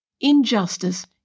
injustice